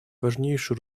важнейшую